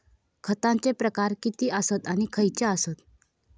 खतांचे प्रकार किती आसत आणि खैचे आसत?